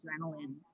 adrenaline